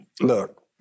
Look